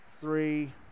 three